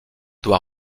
doit